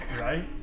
right